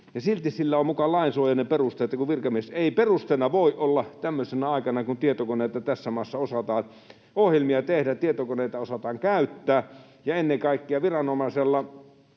silti sillä on muka lainsuojainen peruste, että virkamies... Ei se perusteena voi olla tämmöisenä aikana viranomaisella, kun tietokoneisiin tässä maassa osataan ohjelmia tehdä ja tietokoneita osataan käyttää, ja ennen kaikkea kun mekin